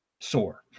soar